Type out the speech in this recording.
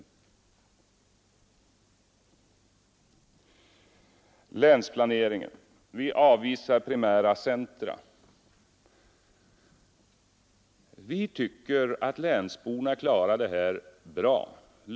När det gäller länsplaneringen säger statsministern att vi avvisar primära centra. Ja, vi tycker att länsborna klarar det här bra.